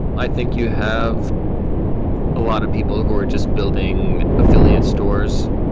i think you have a lot of people who are just building affiliate stores,